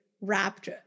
wrapped